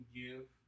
give